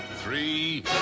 three